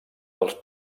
dels